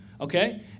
Okay